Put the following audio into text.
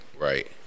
right